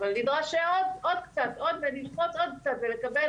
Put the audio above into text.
אבל נדרש עוד קצת ולסחוט עוד קצת ולקבל